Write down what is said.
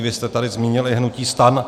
Vy jste tady zmínili hnutí STAN.